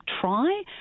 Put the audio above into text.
try